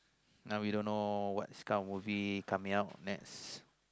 now we don't know what this kind of movie coming out next